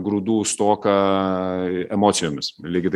grūdų stoką emocijomis lygiai taip